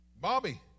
Bobby